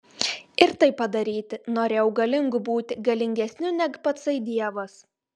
ir tai padaryti norėjau galingu būti galingesniu neg patsai dievas